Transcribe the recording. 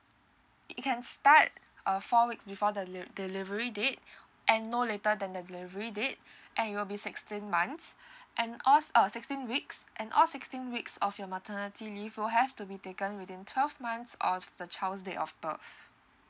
it can start uh four weeks before the de~ delivery date and no later than the delivery date and it'll be sixteen months and all oh sixteen weeks and all sixteen weeks of your maternity leave will have to be taken within twelve months of the child date of birth